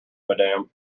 madam